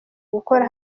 gukora